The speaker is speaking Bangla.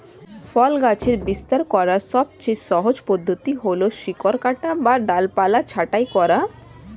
ফল গাছের বিস্তার করার সবচেয়ে সহজ পদ্ধতি হল শিকড় কাটা বা ডালপালা ছাঁটাই করা